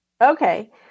okay